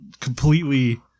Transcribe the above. completely